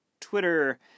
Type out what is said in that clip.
Twitter